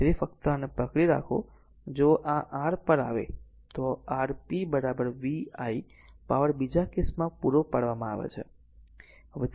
તેથી ફક્ત આને પકડી રાખો જો આ r પર આવે તો આ r p VI પાવર બીજા કેસમાં પૂરો પાડવામાં આવે છે